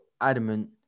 adamant